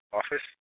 office